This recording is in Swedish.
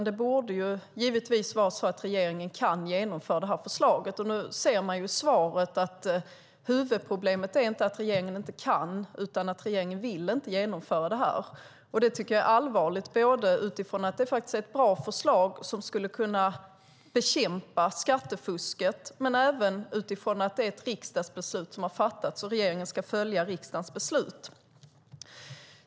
Det borde givetvis vara så att regeringen kan genomföra förslaget. Nu hörde vi av finansministerns svar att huvudproblemet inte är att regeringen inte kan utan att regeringen inte vill. Det är allvarligt utifrån att det är ett bra förslag som kan bekämpa skattefusket, det är fråga om ett riksdagsbeslut och regeringen ska följa riksdagens beslut.